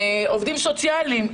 עובדים סוציאליים.